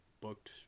booked